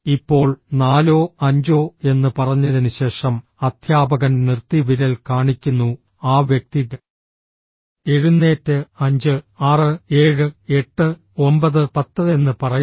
ഇപ്പോൾ നാലോ അഞ്ചോ എന്ന് പറഞ്ഞതിന് ശേഷം അധ്യാപകൻ നിർത്തി വിരൽ കാണിക്കുന്നു ആ വ്യക്തി എഴുന്നേറ്റ് അഞ്ച് ആറ് ഏഴ് എട്ട് ഒമ്പത് പത്ത് എന്ന് പറയുന്നു